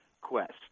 quest